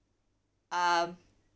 um